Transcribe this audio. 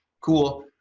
cool.